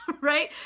right